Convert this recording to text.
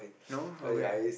no okay